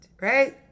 right